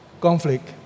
conflict